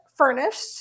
Furnished